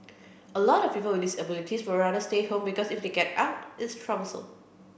a lot of people with disabilities would rather stay home because if they get out it's troublesome